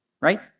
right